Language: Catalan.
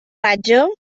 platja